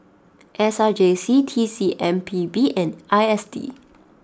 S R J C T C M P B and I S D